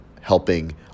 helping